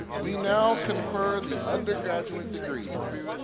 we now confer the undergraduate degrees.